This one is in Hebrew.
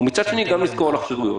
ומצד שני גם לזכור את החירויות.